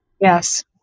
Yes